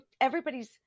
everybody's